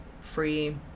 free